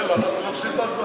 אין לך, אז נפסיד בהצבעה.